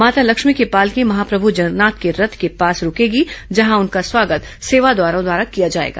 माता लक्ष्मी की पालकी महाप्रभू जगन्नाथ के रथ के पास रूकेगी जहां उसका स्वागत सेवादारों द्वारा किया जाएगा